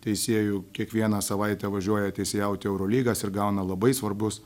teisėju kiekvieną savaitę važiuoja teisėjauti eurolygas ir gauna labai svarbus